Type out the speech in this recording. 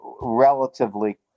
relatively